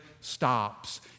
stops